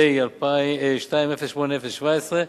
פ/2080/17,